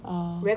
ah